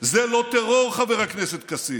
זה לא טרור, חבר הכנסת כסיף?